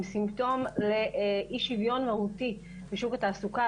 הם סימפטום לאי שוויון מהותי בשוק התעסוקה,